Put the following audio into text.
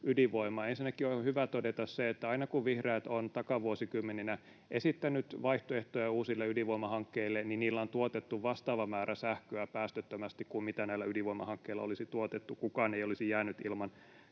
ydinvoimaa. Ensinnäkin on hyvä todeta se, että aina kun vihreät ovat takavuosikymmeninä esittäneet vaihtoehtoja uusille ydinvoimahankkeille, niin niillä on tuotettu vastaava määrä sähköä päästöttömästi kuin mitä näillä ydinvoimahankkeilla olisi tuotettu, kukaan ei olisi jäänyt ilman